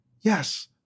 Yes